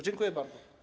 Dziękuję bardzo.